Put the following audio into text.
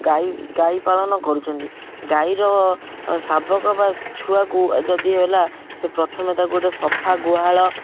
ଗାଈ ଗାଈ ପାଳନ କରୁଛନ୍ତି ଗାଈର ଶାବକ ବା ଛୁଆକୁ ଯଦି ହେଲା ସେ ପ୍ରଥମେ ତାକୁ ଗୋଟେ ସଫା ଗୁହାଳ